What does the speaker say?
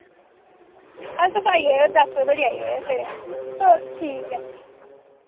कल तुस आई जाएओ दस बजे धोड़ी आई जाएओ इत्थें चलो ठीक ऐ